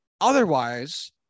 otherwise